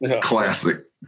classic